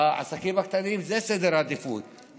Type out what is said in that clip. העסקים הקטנים זה סדר העדיפות,